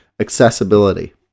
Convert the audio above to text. accessibility